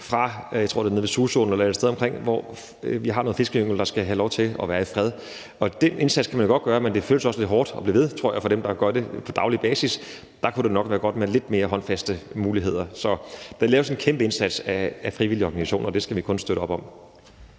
fra, jeg tror, det er nede ved Suså eller der omkring, hvor vi har noget fiskeyngel, der skal have lov til at være i fred. Den indsats kan man jo godt gøre, men det føles også lidt hårdt at blive ved, tror jeg, for dem, der gør det på daglig basis. Der kunne det nok være godt med muligheder for lidt mere håndfaste metoder. Så der gøres en kæmpe indsats af frivillige organisationer, og det skal vi kun støtte op om.